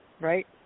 right